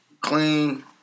clean